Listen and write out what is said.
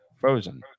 frozen